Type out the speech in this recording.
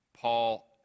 Paul